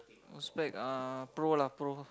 Uzbek uh pro lah pro lah